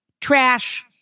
Trash